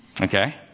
Okay